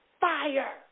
Fire